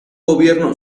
gobierno